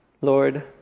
Lord